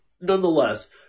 nonetheless